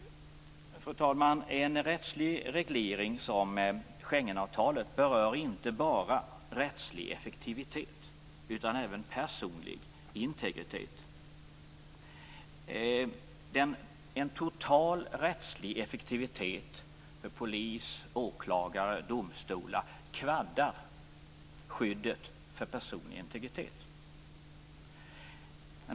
Fru talman! En rättslig reglering som Schengenavtalet berör inte bara rättslig effektivitet utan även personlig integritet. En total rättslig effektivitet - med polis, åklagare och domstolar - kvaddar skyddet för personlig integritet.